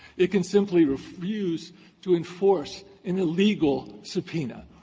it can simply refuse to enforce in a legal subpoena.